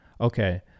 okay